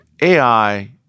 AI